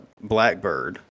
Blackbird